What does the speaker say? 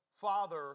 Father